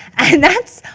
and that's,